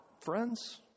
friends